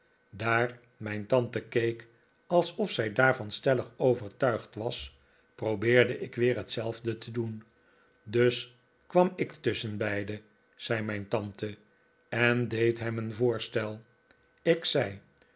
daar mijn tante keek alsof zij daarvan stellig overtuigd was probeerde ik weer hetzelfde te doen dus kwam ik tusschenbeide zei mijn tante en deed hem een voorstel ik zei